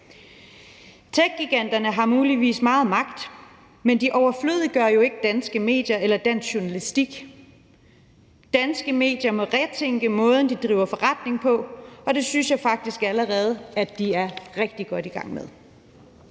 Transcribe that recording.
Techgiganterne har muligvis meget magt, men de overflødiggør jo ikke danske medier eller dansk journalistik. Danske medier må retænke måden, de driver forretning på, og det synes jeg faktisk allerede at de er rigtig godt i gang med.